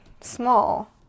small